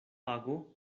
ago